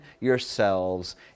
yourselves